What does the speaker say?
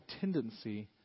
tendency